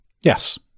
Yes